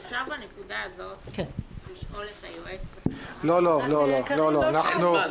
אפשר בנקודה הזו לשאול את היועץ --- אין זמן,